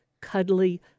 cuddly